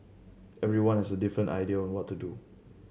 everyone has a different idea on what to do